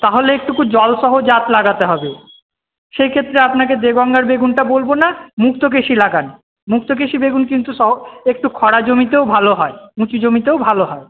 তাহলে একটু জলসহ জাত লাগাতে হবে সেই ক্ষেত্রে আপনাকে দেগঙ্গার বেগুনটা বলবো না মুক্তকেশী লাগান মুক্তকেশী বেগুন কিন্তু একটু খরা জমিতেও ভালো হয় উঁচু জমিতেও ভালো হয়